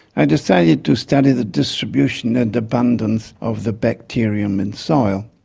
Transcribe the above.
i decided to study the distribution and abundance of the bacterium in soils.